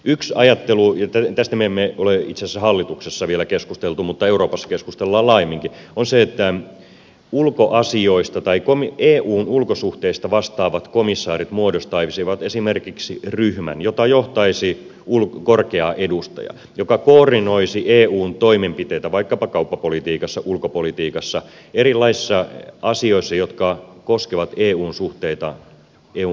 yksi ajattelu ja tästä me emme ole itse asiassa hallituksessa vielä keskustelleet mutta euroopassa keskustellaan laajemminkin on se että eun ulkosuhteista vastaavat komissaarit muodostaisivat esimerkiksi ryhmän jota johtaisi korkea edustaja joka koordinoisi eun toimenpiteitä vaikkapa kauppapolitiikassa ulkopolitiikassa erilaisissa asioissa jotka koskevat eun suhteita eun ulkopuolisiin maihin